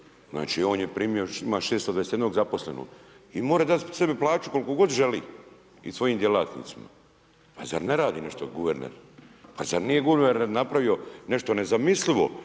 Znači on je primio, ima 621 zaposlenog. I mora dati sebi plaću koliku god želi i svojim djelatnicima. Pa zar ne radi nešto guverner? Pa zar nije guverner napravio nešto nezamislivo,